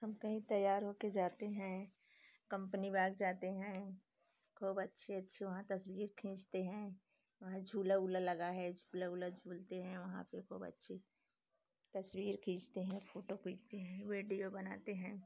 हम कहीं तैयार होकर जाते हैं कम्पनी बाग जाते हैं खूब अच्छे अच्छे वहाँ तस्वीर खींचते हैं वहाँ झूला वूरा लगा है झूला वूरा झूलते हैं वहाँ पर खूब अच्छी तस्वीर खींचते हैं फोटो खींचते हैं वीडियो बनाते हैं